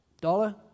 Dollar